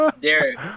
Derek